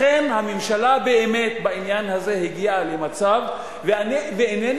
לכן הממשלה באמת בעניין הזה הגיעה למצב ואינני